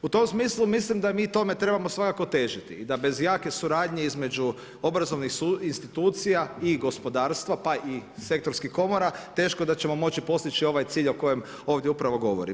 U tom smislu, mislim da mi tome trebamo svakako težiti i da bez jake suradnje između obrazovnih institucija i gospodarstva, pa i sektorskih komora, teško da ćemo moći postići ovaj cilj o kojem ovdje upravo govorim.